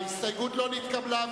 ההסתייגות לא נתקבלה.